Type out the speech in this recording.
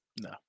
No